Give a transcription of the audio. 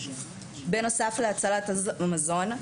בנוסף להצלת המזון,